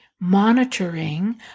monitoring